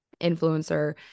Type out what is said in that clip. influencer